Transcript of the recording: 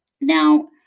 Now